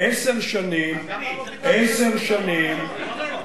עשר שנים, זה לא נכון.